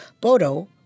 Bodo